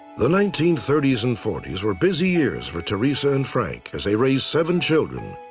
the nineteen thirty s and forty s were busy years for teresa and frank, as they raised seven children,